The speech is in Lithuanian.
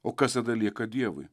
o kas tada lieka dievui